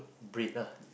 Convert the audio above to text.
bread ah